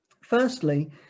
Firstly